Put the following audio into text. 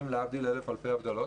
להבדיל אלף אלפי הבדלות